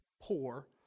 poor